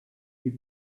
you